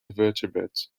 vertebrate